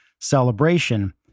celebration